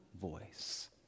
voice